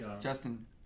Justin